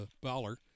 Bowler